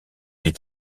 est